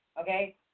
Okay